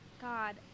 God